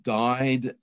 died